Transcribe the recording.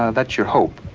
ah that's your hope,